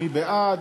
מי בעד?